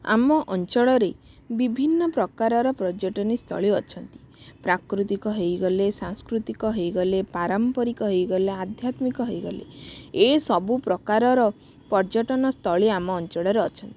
ଆମ ଅଞ୍ଚଳରେ ବିଭିନ୍ନ ପ୍ରକାରର ପର୍ଯ୍ୟଟନି ସ୍ଥଳୀ ଅଛନ୍ତି ପ୍ରାକୃତିକ ହେଇଗଲେ ସାଂସ୍କୃତିକ ହେଇଗଲେ ପାରମ୍ପରିକ ହେଇଗଲେ ଆଧ୍ୟାତ୍ମିକ ହେଇଗଲେ ଏ ସବୁ ପ୍ରକାରର ପର୍ଯ୍ୟଟନ ସ୍ଥଳୀ ଆମ ଅଞ୍ଚଳରେ ଅଛନ୍ତି